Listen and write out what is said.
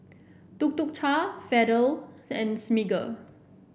Tuk Tuk Cha Feather and Smiggle